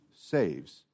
saves